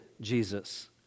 Jesus